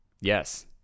Yes